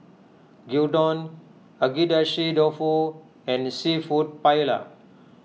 Gyudon Agedashi Dofu and Seafood Paella